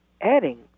Adding